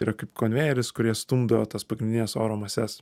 yra kaip konvejeris kurie stumdo tas pagrindines oro mases